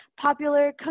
popular